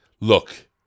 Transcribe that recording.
look